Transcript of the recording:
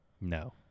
No